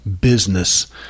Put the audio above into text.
business